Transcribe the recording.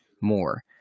more